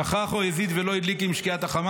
שכח או הזיד ולא הדליק עם שקיעת החמה,